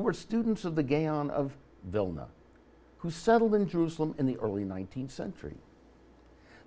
were students of the game and of vilna who settled in jerusalem in the early nineteenth century